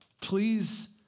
Please